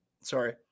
sorry